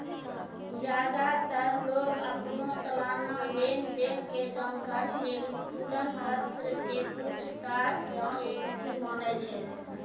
ज्यादातर लोग अपनो सलाना लेन देन के जानकारी लेली तुलन पत्र के पूछताछ जांच स्थिति मानै छै